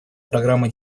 программа